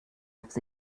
aufs